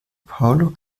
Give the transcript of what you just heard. paulo